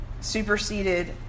superseded